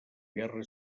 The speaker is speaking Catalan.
guerra